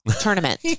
tournament